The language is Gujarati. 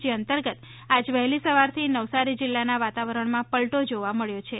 જે અંતર્ગત આજ વહેલી સવારથી નવસારી જિલ્લાના વાતાવરણમાં પલટો જોવા મબ્યો છે